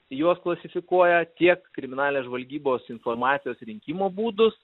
juos klasifikuoja tiek kriminalinės žvalgybos informacijos rinkimo būdus